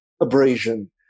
abrasion